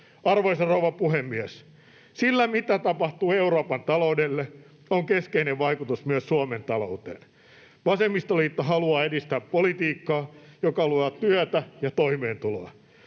Arvoisa ruova puhemies! Sillä, mitä tapahtuu Euroopan taloudelle, on keskeinen vaikutus myös Suomen talouteen. Vasemmistoliitto haluaa edistää politiikkaa, joka luo työtä ja toimeentuloa.